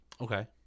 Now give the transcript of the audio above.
Okay